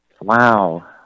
Wow